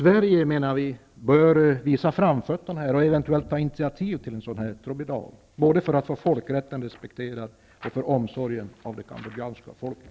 Vi menar att Sverige eventuellt bör ta initiativ till en sådan tribunal, både för att få folkrätten respekterad och med tanke på omsorgen om det cambodjanska folket.